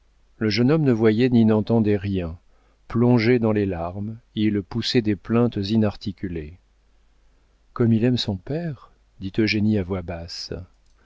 le jeune homme ne voyait ni n'entendait rien plongé dans les larmes il poussait des plaintes inarticulées comme il aime son père dit eugénie à voix basse